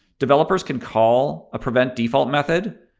developers can call a prevent default method.